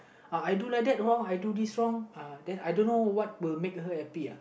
uh I do like that wrong I do this wrong uh then I don't know what will make her happy uh